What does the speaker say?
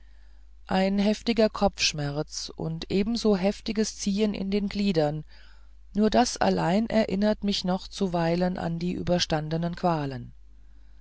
ein heftiger kopfschmerz und ebenso heftiges ziehen in den gliedern nur das allein erinnert mich noch zuweilen an die überstandenen qualen